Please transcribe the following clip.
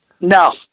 No